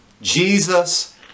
Jesus